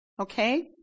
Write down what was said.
Okay